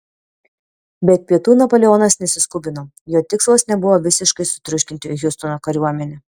bet pietų napoleonas nesiskubino jo tikslas nebuvo visiškai sutriuškinti hiustono kariuomenę